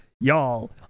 y'all